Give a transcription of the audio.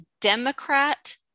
Democrat